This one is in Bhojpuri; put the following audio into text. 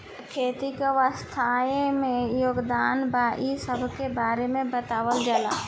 खेती के अर्थव्यवस्था में योगदान बा इ सबके बारे में बतावल जाला